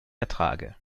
ertrage